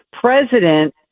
president